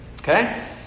Okay